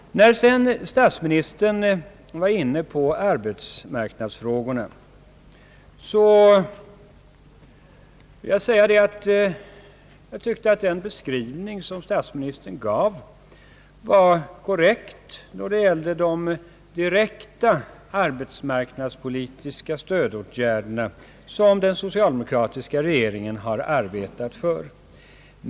Statsministern var inne på arbetsmarknadsfrågorna, och jag vill säga att jag tyckte att hans beskrivning var korrekt beträffande de direkta arbetsmarknadspolitiska stödåtgärder som den socialdemokratiska regeringen har arbetat för.